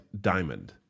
Diamond